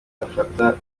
afata